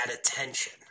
attention